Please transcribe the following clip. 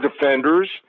defenders